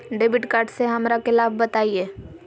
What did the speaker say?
Debit card से हमरा के लाभ बताइए?